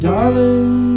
Darling